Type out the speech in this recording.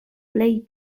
plej